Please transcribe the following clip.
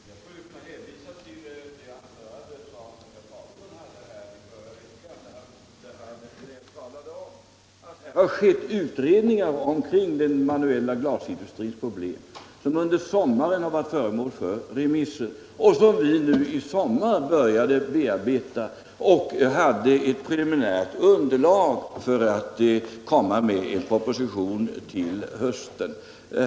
i Ljungby kort genmäle: Herr talman! Jag skulle kunna hänvisa till herr Fagerlunds anförande här förra veckan, i vilket han talade om att det har gjorts utredningar kring den manuella glasindustrins problem. Dessa var under sommaren föremål för remisser, vilka vi började bearbeta, och vi hade cett preliminärt underlag för att komma med en proposition till hösten.